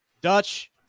Dutch